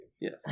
Yes